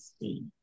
see